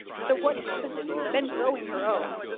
so what happens if you've been growing your own,